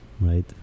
right